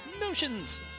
Notions